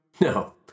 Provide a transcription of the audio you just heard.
No